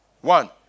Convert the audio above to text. One